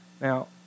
Now